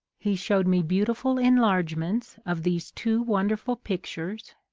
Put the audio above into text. he showed me beautiful enlargements of these two wonderful pictures,